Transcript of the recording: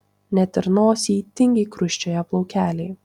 net ir nosyj tingiai krusčioja plaukeliai